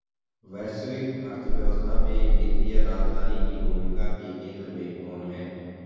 वैश्विक अर्थव्यवस्था में वित्तीय राजधानी की भूमिका के केंद्र में कौन है?